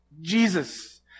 Jesus